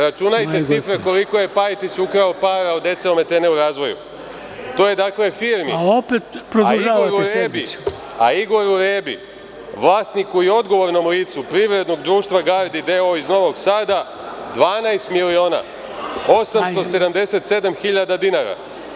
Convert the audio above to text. Računajte cifre koliko je Pajtić ukrao para od dece ometene u razvoju, to je dakle firmi, a Igoru Rebi, vlasniku i odgovornom licu Privrednog društva „Gardi“ DOO iz Novog Sada 12.877.000 dinara.